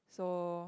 so